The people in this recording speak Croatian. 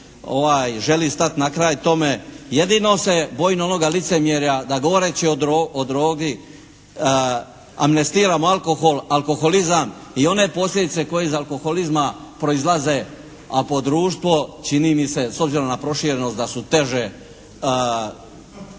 želi stati na kraj tome. Jedino se bojim onoga licemjerja da govoreći o drogi amnestiramo alkohol, alkoholizam i one posljedice koje iz alkoholizma proizlaze, a po društvo čini mi se s obzirom na proširenost da su teže